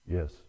Yes